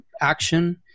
action